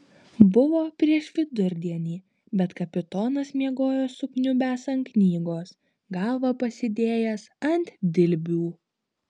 buvo prieš vidurdienį bet kapitonas miegojo sukniubęs ant knygos galvą pasidėjęs ant dilbių